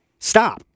Stop